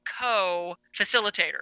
co-facilitator